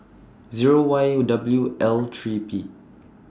Zero Y W L three P